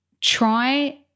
try